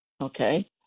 Okay